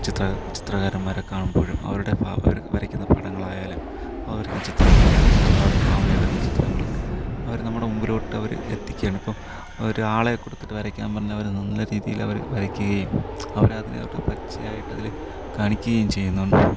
ചിത്രകാരൻമാരെ കാണുമ്പോൾ അവരുടെ അവർ വരയ്ക്കുന്ന പാഠങ്ങളായാലും അവർ വരയ്ക്കുന്ന ചിത്രങ്ങൾ എന്താണ് പറയുക അവരുടെ ഭാവനയിൽ വരുന്ന ചിത്രങ്ങൾ അവർ നമ്മുടെ മുമ്പിലോട്ട് അവർ എത്തിക്കുകയാണ് ഇപ്പോൾ അവർ ആളെ കൊടുത്തിട്ട് വരയ്ക്കാൻ പറഞ്ഞാൽ അവർ നല്ല രീതിയിൽ അവർ വരയ്ക്കുകയും അവർ അതിനെ ഒരു പച്ചയായിട്ട് അതിൽ കാണിക്കുകയും ചെയ്യുന്നുണ്ട്